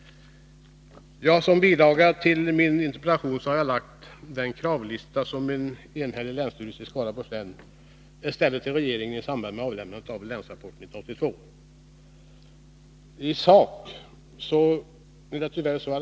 Som bilaga till min interpellation har jag lagt den kravlista som en enhällig länsstyrelse i Skaraborgs län framlagt för regeringen i samband med avlämnandet av Länsrapport 1982.